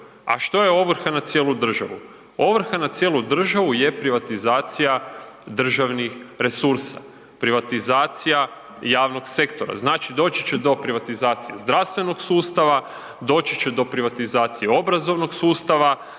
A što je ovrha na cijelu državu? Ovrha na cijelu državu je privatizacija državnih resursa, privatizacija javnog sektora. Znači doći će do privatizacije zdravstvenog sustava, doći će do privatizacije obrazovnog sustava,